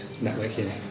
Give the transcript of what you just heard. networking